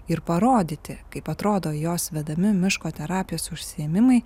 ir parodyti kaip atrodo jos vedami miško terapijos užsiėmimai